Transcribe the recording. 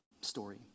story